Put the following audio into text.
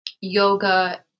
yoga